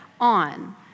on